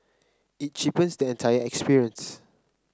it cheapens the entire experience